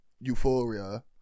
euphoria